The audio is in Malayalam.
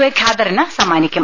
എ ഖാദറിന് സമ്മാനിക്കും